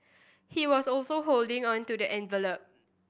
he was also holding on to the envelop